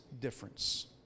difference